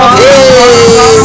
hey